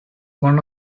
one